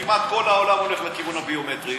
כמעט כל העולם הולך לכיוון הביומטרי.